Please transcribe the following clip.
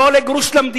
זה לא עולה גרוש למדינה.